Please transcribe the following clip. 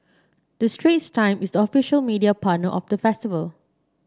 the Straits Times is the official media partner of the festival